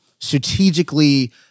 strategically